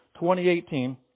2018